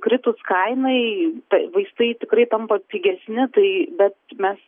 kritus kainai ta vaistai tikrai tampa pigesni tai bet mes